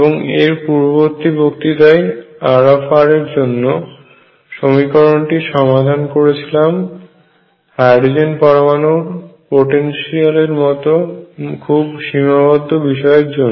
এবং এর পূর্ববর্তী বক্তৃতায় R এর জন্য সমীকরণটি সমাধান করেছিলাম হাইড্রোজেন পরমাণুর পটেনশিয়াল এর মত খুব সীমাবদ্ধ বিষয়ের জন্য